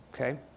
okay